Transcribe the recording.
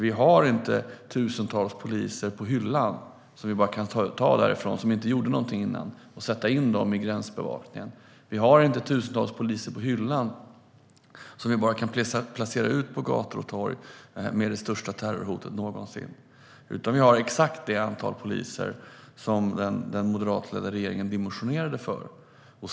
Vi har inte tusentals poliser på hyllan som vi bara kan ta ned därifrån och sätta in i gränsbevakningen. Vi har inte tusentals poliser på hyllan som vi bara kan placera ut på gator och torg när vi har det största terrorhotet någonsin. Vi har exakt det antal poliser som den moderatledda regeringen dimensionerade för.